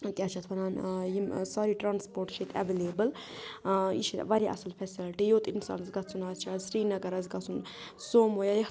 کیٛاہ چھِ اَتھ وَنان یِم سارے ٹرٛانَسپوٹ چھِ ییٚتہِ اٮ۪ویلیبٕل یہِ چھِ واریاہ اَصٕل فیسَلٹی یوٚت اِنسانَس گَژھُن آسہِ چھُز سریٖنگر آسہِ گَژھُن سومو یا